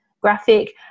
graphic